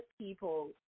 people